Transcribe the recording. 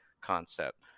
concept